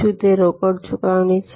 શું તે રોકડ ચુકવણી છે